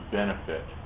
benefit